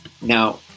Now